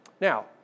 Now